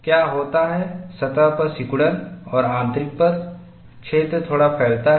क्या होता है सतह पर सिकुड़न और आंतरिक पर क्षेत्र थोड़ा फैलता है